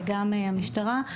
וגם המשטרה,